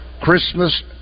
Christmas